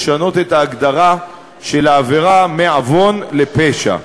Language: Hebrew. לשנות את ההגדרה של העבירה מעוון לפשע.